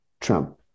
Trump